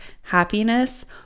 happiness